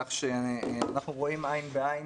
כך שאנחנו רואים עין בעין